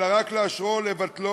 אלא רק לאשרו או לבטלו,